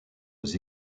aux